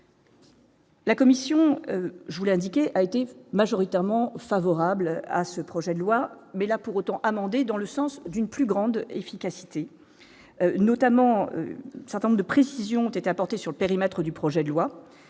La commission je voulais indiquer, a été majoritairement favorables à ce projet de loi mais là pour autant amendé dans le sens d'une plus grande efficacité, notamment un certain nombre de précisions ont été apportées sur le périmètre du projet de loi,